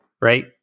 Right